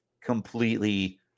completely